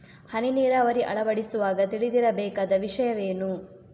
ಹನಿ ನೀರಾವರಿ ಅಳವಡಿಸುವಾಗ ತಿಳಿದಿರಬೇಕಾದ ವಿಷಯವೇನು?